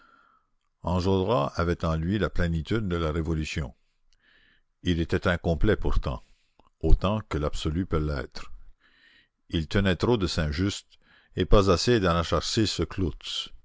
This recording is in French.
enjolras avait en lui la plénitude de la révolution il était incomplet pourtant autant que l'absolu peut l'être il tenait trop de saint-just et pas assez d'anacharsis cloots